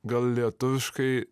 gal lietuviškai